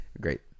Great